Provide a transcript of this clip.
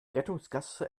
rettungsgasse